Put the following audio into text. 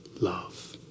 love